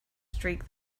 streak